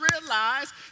realize